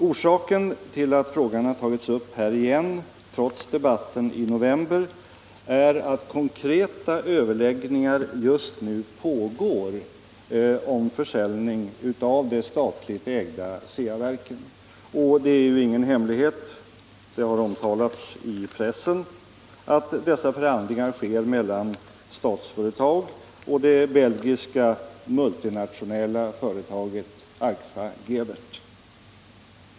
Orsaken till att frågan har tagits upp här igen, trots debatten i november, är att konkreta överläggningar just nu pågår om försäljning av det statligt ägda Ceaverken. Det är ju ingen hemlighet — det har omtalats i pressen — att dessa förhandlingar sker mellan Statsföretag och det belgiska multinationella företaget Agfa-Gevaert.